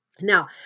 Now